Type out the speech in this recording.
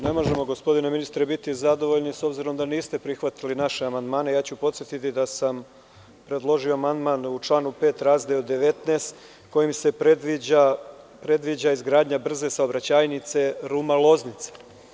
Ne možemo gospodine ministre biti zadovoljni, s obzirom da niste prihvatili naše amandmane i ja ću podsetiti da sam predložio amandman u članu 5. razdeo 19 kojim se predviđa izgradnja brze saobraćajnice Ruma – Loznica.